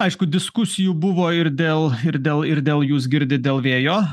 aišku diskusijų buvo ir dėl ir dėl ir dėl jūs girdit dėl vėjo